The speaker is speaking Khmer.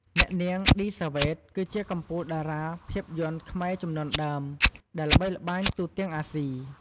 អ្នកនាង ឌី សាវ៉េត គឺជាកំពូលតារាភាពយន្តខ្មែរជំនាន់ដើមដែលល្បីល្បាញទូទាំងអាស៊ី។